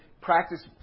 practice